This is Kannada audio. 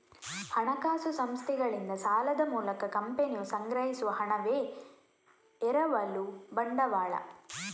ಹಣಕಾಸು ಸಂಸ್ಥೆಗಳಿಂದ ಸಾಲದ ಮೂಲಕ ಕಂಪನಿಯು ಸಂಗ್ರಹಿಸುವ ಹಣವೇ ಎರವಲು ಬಂಡವಾಳ